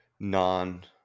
non